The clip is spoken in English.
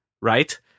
right